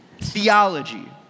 theology